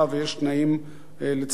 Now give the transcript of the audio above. ולצערנו יש תנאים מצוינים